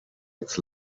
its